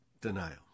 denial